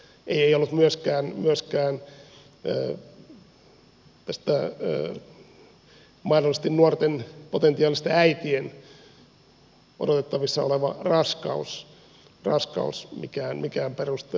ei ollut myöskään tämä mahdollisesti nuorten potentiaalisten äitien odotettavissa oleva raskaus mikään peruste